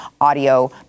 audio